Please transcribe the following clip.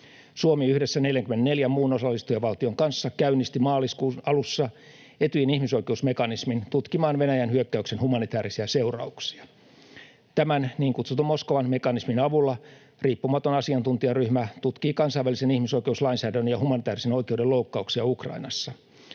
Suomi yhdessä 44 muun osallistujavaltion kanssa käynnisti maaliskuun alussa Etyjin ihmisoikeusmekanismin tutkimaan Venäjän hyökkäyksen humanitäärisiä seurauksia. Tämän niin kutsutun Moskovan mekanismin avulla riippumaton asiantuntijaryhmä tutkii kansainvälisen ihmisoikeuslainsäädännön ja humanitäärisen oikeuden loukkauksia Ukrainassa.